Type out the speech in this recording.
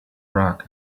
rug